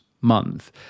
month